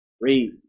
Read